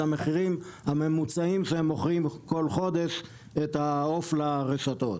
המחירים הממוצעים שהם מוכרים כל חודש את העוף לרשתות.